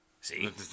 see